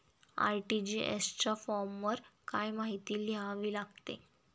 RTGS च्या फॉर्मवर काय काय माहिती लिहावी लागते?